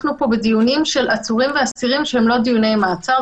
אנחנו פה בדיונים של עצורים ואסירים שהם לא דיוני מעצר,